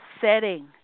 setting